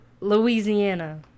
Louisiana